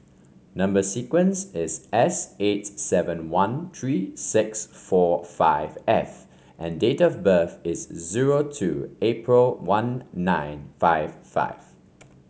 number sequence is S eight seven one three six four five F and date of birth is zero two April one nine five five